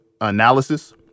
analysis